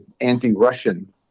anti-Russian